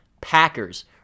Packers